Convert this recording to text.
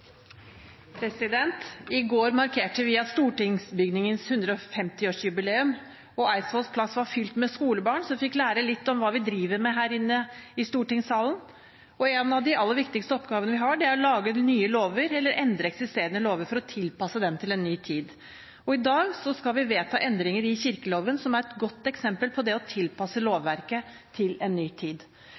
I går markerte vi stortingsbygningens 150-årsjubileum, og Eidsvolls plass var fylt av skolebarn som fikk lære litt om hva vi driver med her inne i stortingssalen. En av de aller viktigste oppgavene vi har, er å lage nye lover eller endre eksisterende lover for å tilpasse dem til en ny tid. I dag skal vi vedta endringer i kirkeloven, som er et godt eksempel på det å tilpasse lovverket til en ny tid.